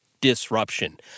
disruption